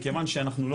מכיוון שאנחנו לא